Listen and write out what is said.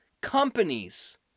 companies